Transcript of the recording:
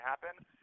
happen